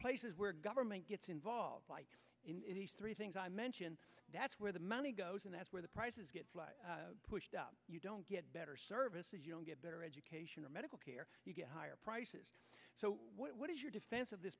places where government gets involved in three things i mention that's where the money goes and that's where the prices get pushed up you don't get better services you don't get better education or medical care you get higher prices so what is your defense of this